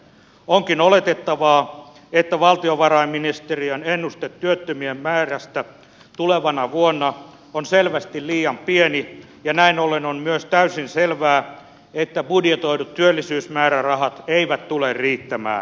onkin oletettavaa että valtiovarainministeriön ennuste työttömien määrästä tulevana vuonna on selvästi liian pieni ja näin ollen on myös täysin selvää että budjetoidut työllisyysmäärärahat eivät tule riittämään